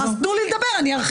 תנו לי לדבר, אני ארחיב.